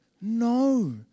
No